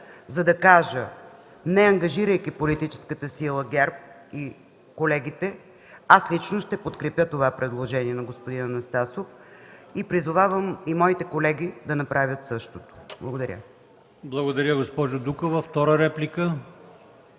за да кажа, неангажирайки политическата сила ГЕРБ и колегите, че аз лично ще подкрепя това предложение на господин Анастасов и призовавам и моите колеги да направят същото. Благодаря. ПРЕДСЕДАТЕЛ АЛИОСМАН